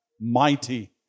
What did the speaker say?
mighty